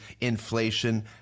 inflation